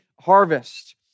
harvest